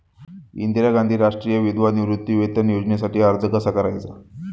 इंदिरा गांधी राष्ट्रीय विधवा निवृत्तीवेतन योजनेसाठी अर्ज कसा करायचा?